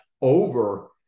over